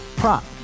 prop